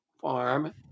farm